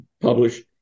published